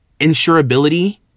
insurability